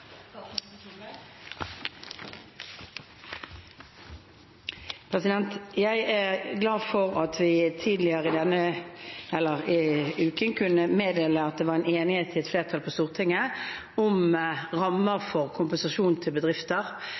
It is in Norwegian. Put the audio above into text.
Jeg er glad for at vi tidligere denne uken kunne meddele at det var enighet blant et flertall på Stortinget om rammer for kompensasjon til bedrifter